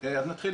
אז נתחיל